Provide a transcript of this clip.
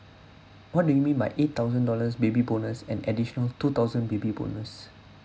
what do you mean by eight thousand dollars baby bonus an additional two thousand baby bonus